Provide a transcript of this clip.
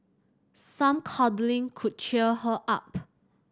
some cuddling could cheer her up